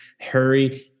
hurry